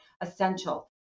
essential